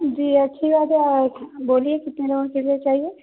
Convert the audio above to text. جی اچھی بات ہے بولیے کتنے لوگوں کے لیے چاہیے